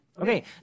Okay